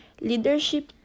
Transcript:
leadership